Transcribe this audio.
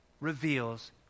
reveals